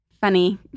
funny